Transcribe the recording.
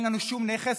אין לנו שום נכס.